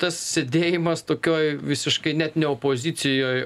tas sėdėjimas tokioj visiškai net ne opozicijoj